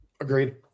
Agreed